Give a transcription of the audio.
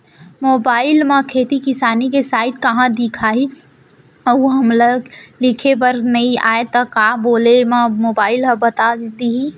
Mobile म खेती किसानी के साइट कहाँ दिखही अऊ हमला लिखेबर नई आय त का बोले म मोबाइल ह बता दिही?